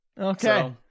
Okay